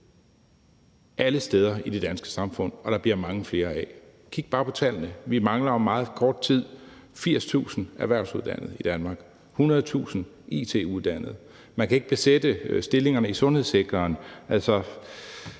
alle steder i det danske samfund og der bliver mange flere af. Kig bare på tallene. Vi mangler om meget kort tid 80.000 erhvervsuddannede i Danmark og 100.000 it-uddannede. Man kan ikke besætte stillingerne i sundhedssektoren.